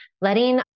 letting